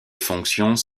fonctions